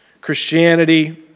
Christianity